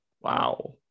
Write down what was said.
Wow